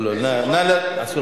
תיקון נוסף